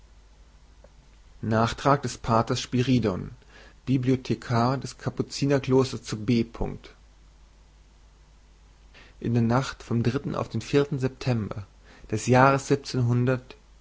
nachtrag des paters spiridion bibliothekar des kapuzinerklosters zu b in der nacht vom dritten auf den vierten september des jahres